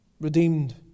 redeemed